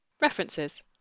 References